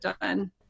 done